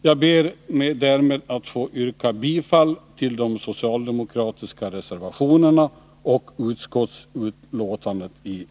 Jag ber därmed att få yrka bifall till de socialdemokratiska reservationerna och bifall till utskottets hemställan i fråga om övriga punkter i betänkandet.